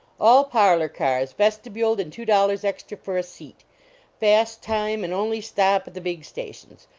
all parlor cars, vestibuled, and two dollars extra for a seat fast time, and only stop at the big sta tions.